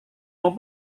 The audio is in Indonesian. mau